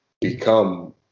become